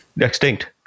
extinct